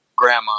grandma